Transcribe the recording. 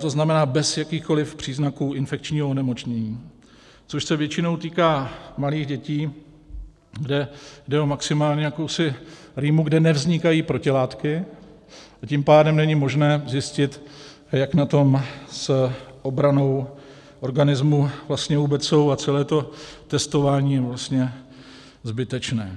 to znamená bez jakýchkoli příznaků infekčního onemocnění, což se většinou týká malých dětí, kde jde maximálně o jakousi rýmu, kde nevznikají protilátky, a tím pádem není možné zjistit, jak na tom s obranou organismu vlastně vůbec jsou, a celé to testování je vlastně zbytečné.